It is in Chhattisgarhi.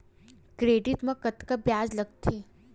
क्रेडिट मा कतका ब्याज लगथे?